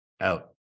out